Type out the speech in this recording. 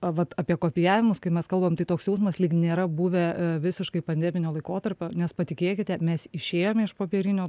vat apie kopijavimus kai mes kalbam tai toks jausmas lyg nėra buvę visiškai pandeminio laikotarpio nes patikėkite mes išėjome iš popierinio